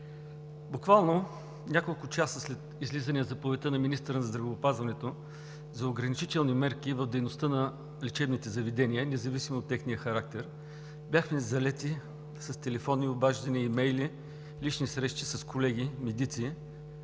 буквално няколко часа след излизане на заповедта на министъра на здравеопазването за ограничителни мерки в дейността на лечебните заведения независимо от техния характер, бяхме залети с телефонни обаждания, имейли, лични срещи с колеги медици,